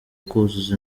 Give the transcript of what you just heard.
kuzuza